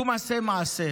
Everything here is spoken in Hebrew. קום, עשה מעשה,